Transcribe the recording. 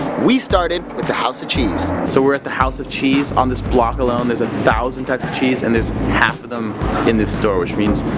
we started with the house of cheese. so we're at the house of cheese. on this block alone there's a thousand types of cheese, and there's half of them in this store, which means,